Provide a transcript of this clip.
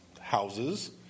Houses